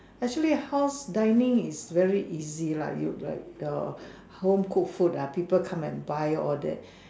actually house dining is very easy lah you like your home cooked food ah people come and buy all that